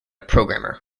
programmer